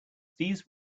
these